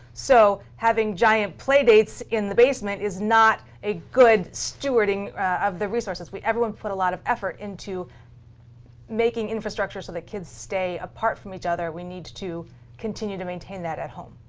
so having giant play dates in the basement is not a good stewarding of the resources. everyone put a lot of effort into making infrastructure so that kids stay apart from each other. we need to continue to maintain that at home.